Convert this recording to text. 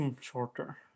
shorter